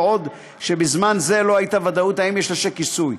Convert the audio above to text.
בעוד בזמן זה לא הייתה ודאות אם יש לשיק כיסוי.